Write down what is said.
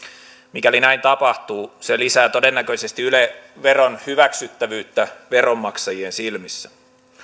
mikäli näin tapahtuu se lisää todennäköisesti yle veron hyväksyttävyyttä veronmaksajien silmissä